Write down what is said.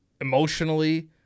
emotionally